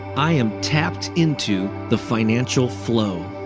i am tapped into the financial flow.